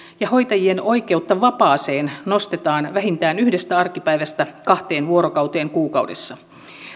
ja hoitajien oikeutta vapaaseen nostetaan vähintään yhdestä arkipäivästä kahteen vuorokauteen kuukaudessa